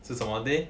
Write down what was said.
是什么的 day